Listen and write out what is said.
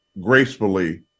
gracefully